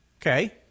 okay